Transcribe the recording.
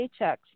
paychecks